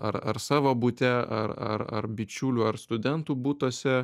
ar ar savo bute ar ar ar bičiulių ar studentų butuose